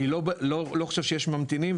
אני לא חושב שיש ממתינים,